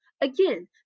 Again